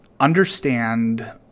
understand